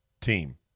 team